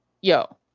yo